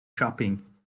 shopping